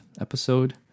episode